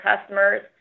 customers